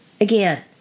again